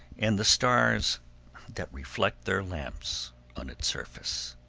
and the stars that reflect their lamps on its surface.